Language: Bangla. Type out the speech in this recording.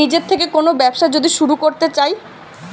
নিজের থেকে কোন ব্যবসা যদি শুরু করতে চাই